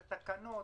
זה תקנות,